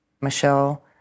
Michelle